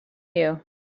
you